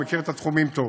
והוא מכיר את התחומים היטב.